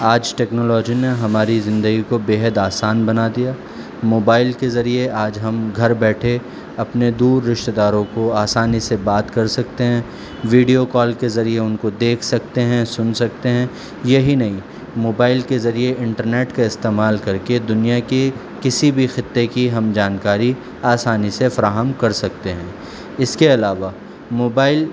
آج ٹیکنالوجی نے ہماری زندگی کو بےحد آسان بنا دیا موبائل کے ذریعے آج ہم گھر بیٹھے اپنے دور رشتتے داروں کو آسانی سے بات کر سکتے ہیں ویڈیو کال کے ذریعے ان کو دیکھ سکتے ہیں سن سکتے ہیں یہی نہیں موبائل کے ذریعے انٹرنیٹ کا استعمال کر کے دنیا کی کسی بھی خطے کی ہم جانکاری آسانی سے فراہم کر سکتے ہیں اس کے علاوہ موبائل